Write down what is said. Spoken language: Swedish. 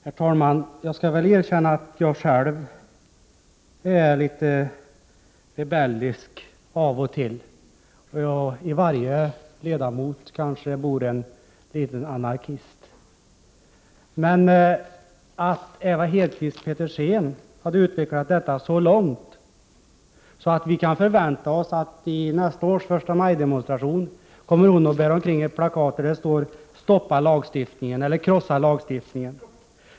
Herr talman! Jag kan väl erkänna att jag själv är litet rebellisk av och till. I varje ledamot bor det kanske en liten anarkist. Men vi visste väl inte att Ewa Hedkvist Petersen hade utvecklat detta så långt att vi kan förvänta oss att hon i nästa års förstamajdemonstration kommer att bära omkring ett plakat med texten ”Stoppa lagstiftningen” eller ”Krossa lagstiftningen”.